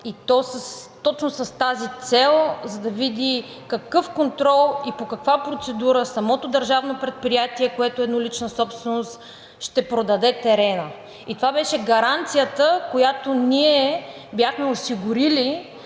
точно с тази цел – за да види какъв контрол и по каква процедура самото държавно предприятие, което е еднолична собственост, ще продаде терена. И това беше гаранцията, която ние бяхме осигурили